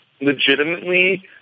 legitimately